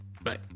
Bye